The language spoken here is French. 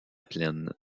plaine